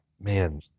man